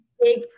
big